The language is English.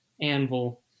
anvil